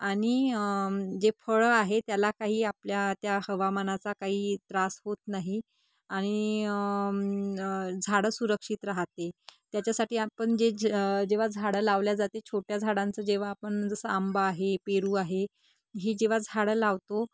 आणि जे फळं आहे त्याला काही आपल्या त्या हवामानाचा काही त्रास होत नाही आणि झाडं सुरक्षित राहते त्याच्यासाठी आपण जे जेव्हा झाडं लावल्या जाते छोट्या झाडांचं जेव्हा आपण जसं आंबा आहे पेरू आहे ही जेव्हा झाडं लावतो